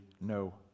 no